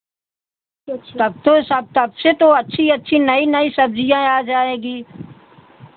तो सब तो सब तबसे तो अच्छी अच्छी नई नई सब्जियाँ आ जाएगी